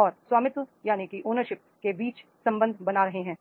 और स्वामित्व के बीच संबंध बना रहे हैं